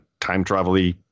time-travel-y